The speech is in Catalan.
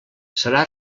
serà